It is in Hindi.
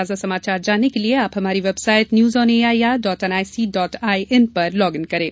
ताजा समाचार जानने के लिए आप हमारी website news on A I R dot N I C dot I N पर लॉग इन करें